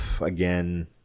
again